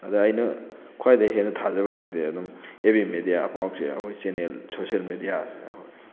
ꯑꯗꯨꯗ ꯑꯩꯅ ꯈ꯭ꯋꯥꯏꯗꯒꯤ ꯍꯦꯟꯅ ꯊꯥꯖꯕꯁꯤꯗꯤ ꯑꯗꯨꯝ ꯑꯦꯞ ꯕꯤ ꯃꯦꯗꯤꯌꯥ ꯄꯥꯎꯆꯦ ꯑꯩꯈꯣꯏ ꯆꯦꯅꯦꯜ ꯁꯣꯁꯦꯜ ꯃꯦꯗꯤꯌꯥ